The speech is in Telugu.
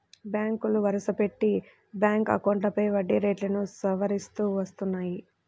బ్యాంకులు వరుసపెట్టి బ్యాంక్ అకౌంట్లపై వడ్డీ రేట్లను సవరిస్తూ వస్తున్నాయి